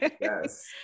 Yes